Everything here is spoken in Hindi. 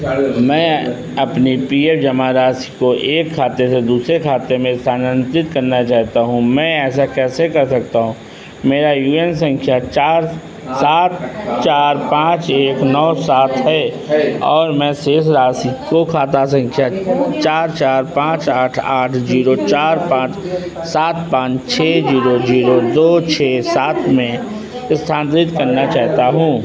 मैं अपनी पी एफ जमा राशि को एक खाते से दूसरे खाते में स्थानांतरित करना चाहता हूँ मैं ऐसा कैसे कर सकता हूँ मेरा यू ए एन संख्या चार सात चार पाँच एक नौ सात है और मैं शेष राशि को खाता संख्या चार चार पाँच आठ आठ जीरो चार पाँच सात पाँच छः जीरो जीरो दो छः सात में स्थानांतरित करना चाहता हूँ